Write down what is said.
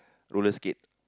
roller skate